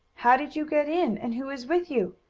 how did you get in, and who is with you?